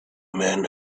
men